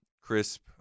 crisp